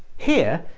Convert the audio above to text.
here,